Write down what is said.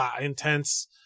intense